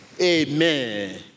Amen